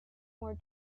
more